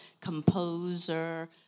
composer